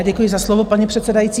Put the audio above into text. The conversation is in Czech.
Děkuji za slovo, paní předsedající.